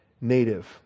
native